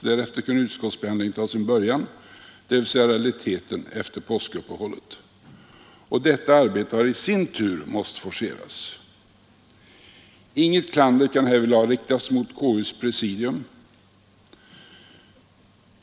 därefter kunde utskottsbehandlingen ta sin början, dvs. i realiteten efter påskuppehållet. Och detta arbete har i sin tur måst forceras. Inget klander kan härvidlag riktas mot KU:s presidium.